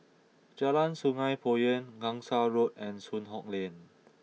Jalan Sungei Poyan Gangsa Road and Soon Hock Lane